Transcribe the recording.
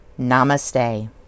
Namaste